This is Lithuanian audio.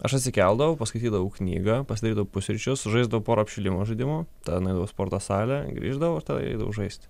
aš atsikeldavau paskaitydavau knygą pasidarydavau pusryčius žaisdavau pora apšilimo žaidimų tada nueidavau į sporto salę grįždavau ir tada eidavau žaisti